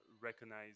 recognize